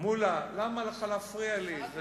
מולה, למה לך להפריע לי?